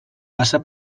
passa